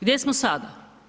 Gdje smo sada?